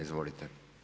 Izvolite.